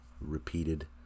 repeated